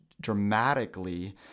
dramatically